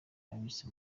abitse